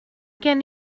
gen